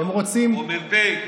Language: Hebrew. או מ"פ.